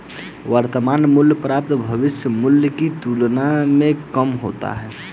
वर्तमान मूल्य प्रायः भविष्य मूल्य की तुलना में कम होता है